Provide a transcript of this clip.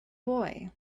boy